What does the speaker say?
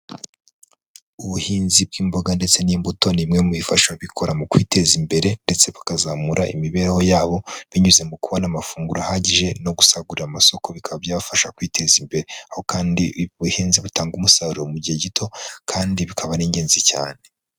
Ubuhinzi bw'imboga ndetse n'imbuto ni bimwe mu bifasha abikorera mu kwiteza imbere, ndetse bakazamura imibereho yabo, binyuze mu kubona amafunguro ahagije, no gusagurira amasoko bikaba byabafasha kwiteza imbere, aho kandi ubuhinzi butanga umusaruro mu gihe gito, kandi bukaba ari ingenzi cyane.